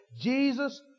Jesus